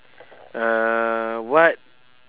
uh what